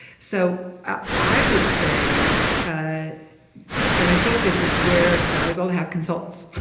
so ah i would say ah and i think this is where it's valuable to have consultants.